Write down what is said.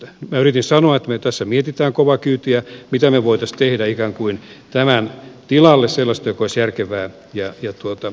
minä yritin sanoa että me tässä mietimme kovaa kyytiä mitä me voisimme tehdä ikään kuin tämän tilalle sellaista mikä olisi järkevää ja hyväksyttävää